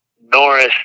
Norris